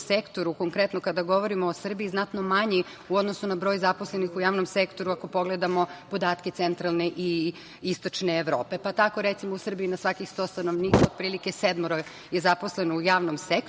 sektoru, konkretno kada govorimo o Srbiji znatno manji u odnosu na broj zaposlenih u javnom sektoru ako pogledamo podatke centralne i istočne Evrope. Tako, recimo, u Srbiji na svakih 100 stanovnika otprilike sedmoro je zaposleno u javnom sektoru,